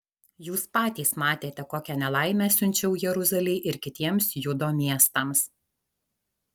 jūs patys matėte kokią nelaimę siunčiau jeruzalei ir kitiems judo miestams